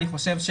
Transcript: אני חושב,